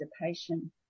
participation